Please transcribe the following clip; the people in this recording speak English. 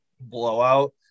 blowout